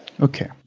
Okay